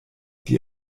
die